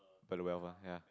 very well ah ya